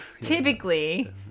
typically